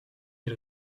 ils